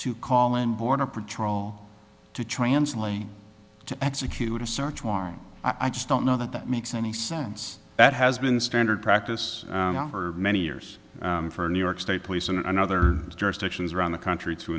to call in border patrol to translate to execute a search warrant i just don't know that that makes any sense that has been standard practice for many years for new york state police and another jurisdictions around the country to